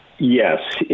Yes